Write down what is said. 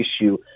issue